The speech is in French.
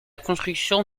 construction